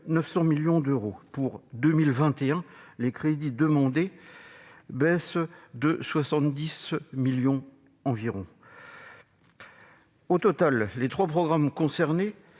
900 millions d'euros ; pour 2021, les crédits demandés baissent de 70 millions environ. Au total, les crédits des trois